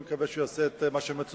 אני מקווה שהוא יעשה את מה שמצופה,